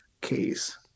case